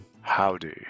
Howdy